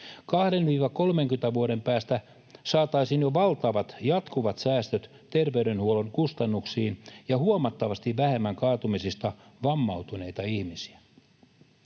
20—30 vuoden päästä saataisiin jo valtavat, jatkuvat säästöt terveydenhuollon kustannuksiin ja huomattavasti vähemmän kaatumisista vammautuneita ihmisiä.